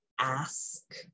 ask